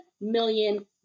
million